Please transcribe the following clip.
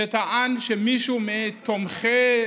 שטען שמישהו מתומכי